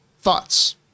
thoughts